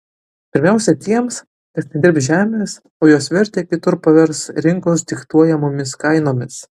pirmiausia tiems kas nedirbs žemės o jos vertę kitur pavers rinkos diktuojamomis kainomis